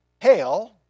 hail